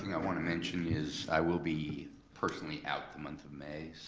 i wanna mention is i will be personally out the month of may.